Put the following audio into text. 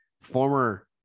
Former